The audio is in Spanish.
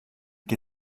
que